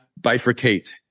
bifurcate